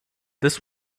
this